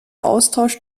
austausch